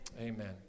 amen